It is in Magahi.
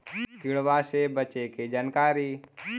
किड़बा से बचे के जानकारी?